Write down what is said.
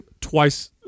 twice